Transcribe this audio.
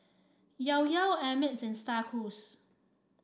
Llao Llao Ameltz and Star Cruise